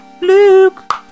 Luke